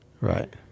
Right